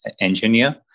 engineer